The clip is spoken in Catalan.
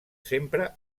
sempre